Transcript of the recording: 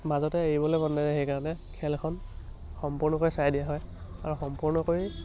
মাজতে এৰিবলৈ মন নাযাই সেইকাৰণে খেলখন সম্পূৰ্ণকৈ চাই দিয়া হয় আৰু সম্পূৰ্ণ কৰি